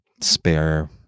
spare